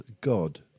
God